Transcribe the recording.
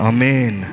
Amen